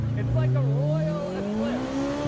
it's like a royal eclipse.